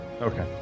Okay